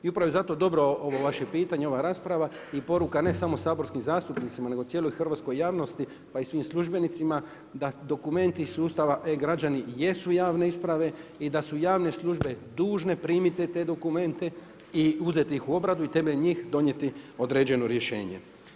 I upravo je zato dobro ovo vaše pitanje, ova rasprava i poruka ne samo saborskim zastupnicima, nego cijeloj hrvatskoj javnosti pa i svim službenicima da dokumenti sustava e-građani jesu javne isprave i da su javne službe dužne primiti te dokumente i uzeti ih u obradu i na temelju njih donijeti određeno rješenje.